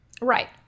right